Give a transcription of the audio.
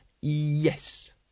Yes